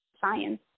science